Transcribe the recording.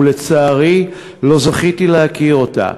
ולצערי לא זכיתי להכיר אותה.